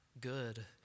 good